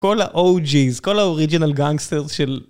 כל האוג'יס, כל האורייג'נל גאנגסטר של...